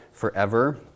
forever